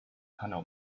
panel